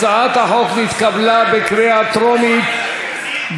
הצעת החוק נתקבלה בקריאה טרומית,